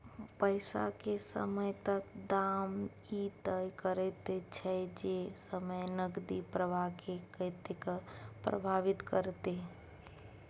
पैसा के समयक दाम ई तय करैत छै जे समय नकदी प्रवाह के कतेक प्रभावित करते